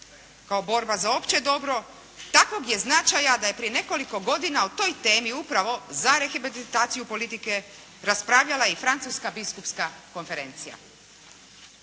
kao borba za opće dobro, takvog je značaja da je prije nekoliko godina o toj temi upravo za rehabilitaciju politike raspravljala i Francuska biskupska konferencija.